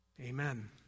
Amen